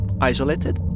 isolated